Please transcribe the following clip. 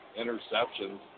interceptions